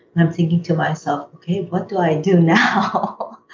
and i'm thinking to myself okay. what do i do now?